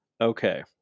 Okay